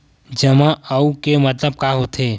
जमा आऊ के मतलब का होथे?